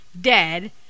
dead